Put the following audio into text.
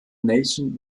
nation